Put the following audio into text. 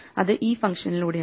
അത് ഈ ഫംഗ്ഷനിലൂടെയാണ്